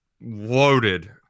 loaded